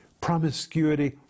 promiscuity